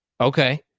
okay